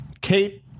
Kate